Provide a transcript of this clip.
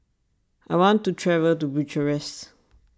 I want to travel to Bucharest